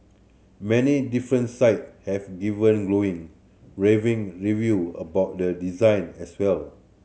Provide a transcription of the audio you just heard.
many different site have given glowing raving review about the design as well